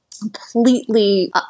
completely